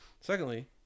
Secondly